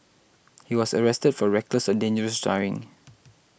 he was arrested for reckless or dangerous driving